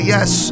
Yes